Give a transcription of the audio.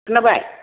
खोनाबाय